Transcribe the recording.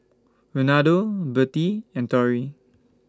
Ronaldo Birtie and Torie